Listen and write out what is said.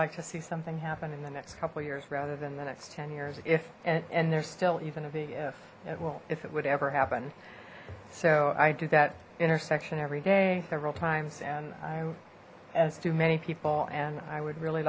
like to see something happen in the next couple years rather than the next ten years if and and they're still you going to be if yeah well if it would ever happen so i do that intersection every day several times and i as do many people and i would really